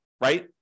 right